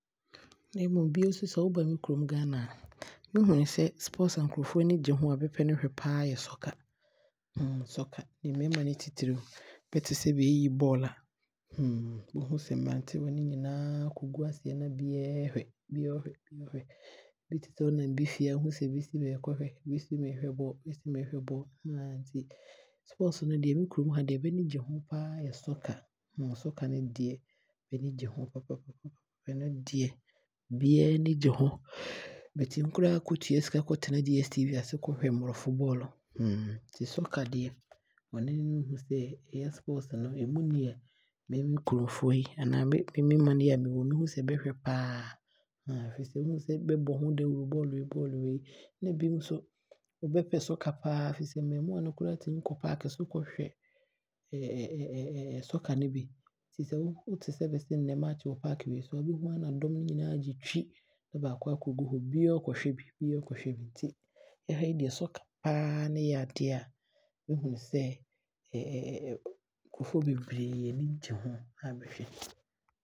Bio, sɛ woba me kurom Ghana a, mehunu sɛ Sports a nkrɔfoɔ ani gye ho a bɛpɛ ne hwɛ paa yɛ Soccer Soccer, mmarima no titire. Bere sɛ bɛɛyi bɔɔlo a wobɛhu sɛ mmranteɛ no nyinaa aakɔgu aseɛ na biaa ɔɔhwɛ, biaaa ɔɔhwɛ. Bi tesɛ, wonam bi fie a wobɛte sɛ biaa se meekɔhwɛ, bi se meehwɛ bɔɔlo nti Sports nea nkurom ha deɛ, deɛ bɛani gye ho paa yɛ Soccer. Soccer no deɛ bɛani gye ho papaapa, ɔno deɛ biaa ani gye ho. Bɛtumi koraa kɔtua sika kɔtena DSTV ase kɔhwɛ mmorɔfo bɔɔlo nti Soccer deɛ ɔno ne nhu sɛ ɛyɛ Sports he mu deɛ nkuromfoɔ he anaa me mane a mewɔ mu yi, nea me nim sɛ bɛhwɛ paa wohu sɛ bɛbɔ ho dawuro bɔɔlo wei, bɔɔlo wei. Ɛna bio nso bɛpɛ Soccer paa ɛfisɛ mmɛɛmoa no koraa tumi kɔ paake so kɔhwɛ Soccer no bi. Nti sɛ wo te sɛ bɛse nnɛ March wɔ paake wei so a, wobɛhu aa na dɔm he nyinaa agye twi na baakɔ aakɔgu hɔ, biaa ɔɔkɔhwɛ bi, biaa ɔɔkɔhwɛ bi. Nti yɛha deɛ Soccer paa ne yɛ Sports a mehunu sɛ nkuromfoɔ beberee aano gye ho a bɛhwɛ.